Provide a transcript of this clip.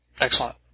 excellent